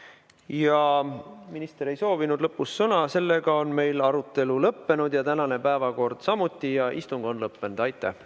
Minister ei soovinud lõpus sõna. Sellega on meie arutelu lõppenud ja tänane päevakord samuti. Istung on lõppenud. Aitäh!